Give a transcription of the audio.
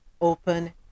Open